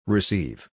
Receive